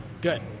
Good